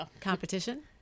Competition